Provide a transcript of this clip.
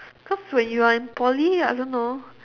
cause when you are in poly I don't know